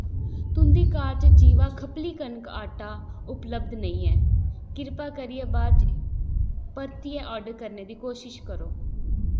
तुं'दी कार्ट चा जीवा खपली कनक आटा उपलब्ध नेईं ऐ किरपा करियै बा'द इच परतियै आर्डर करने दी कोशश करो